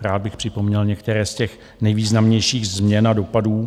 Rád bych připomněl některé z těch nejvýznamnějších změn a dopadů.